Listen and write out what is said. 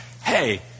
hey